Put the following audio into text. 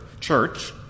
church